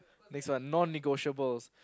next one non negotiable